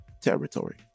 territory